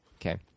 Okay